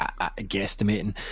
guesstimating